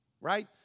Right